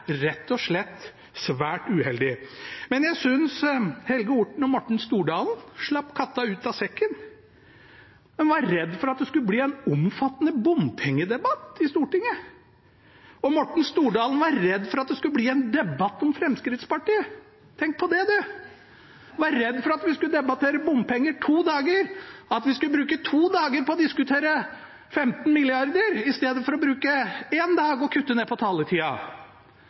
rett og slett svært uheldig. Jeg synes Helge Orten og Morten Stordalen slapp katta ut av sekken. De var redd for at det skulle bli en omfattende bompengedebatt i Stortinget. Morten Stordalen var redd for at det skulle bli en debatt om Fremskrittspartiet. Tenk på det! De var redd for at vi skal debattere bompenger i to dager – at vi skulle bruke to dager på å diskutere 15 mrd. kr i stedet for å bruke én dag og kutte ned på taletida.